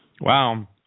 Wow